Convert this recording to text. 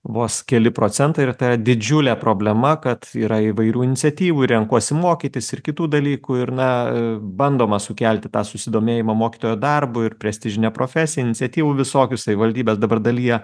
vos keli procentai ir ta didžiulė problema kad yra įvairių iniciatyvų renkuosi mokytis ir kitų dalykų ir na bandoma sukelti tą susidomėjimą mokytojo darbu ir prestižinė profesija iniciatyvų visokių savivaldybės dabar dalija